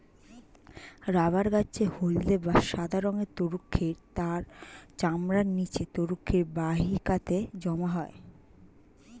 rubber গাছের হল্দে অথবা সাদা রঙের তরুক্ষীর তার চামড়ার নিচে তরুক্ষীর বাহিকাতে জমা হয়